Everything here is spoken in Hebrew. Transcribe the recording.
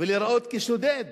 ולהיראות כשודד.